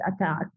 attack